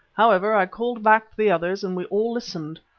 however, i called back the others and we all listened.